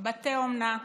בתי אומנה,